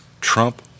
Trump